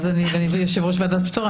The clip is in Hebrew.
אני יושבת-ראש ועדת הפטור,